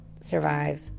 survive